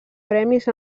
premis